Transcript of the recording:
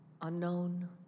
unknown